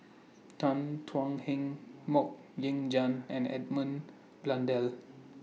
Tan Thuan Heng Mok Ying Jang and Edmund Blundell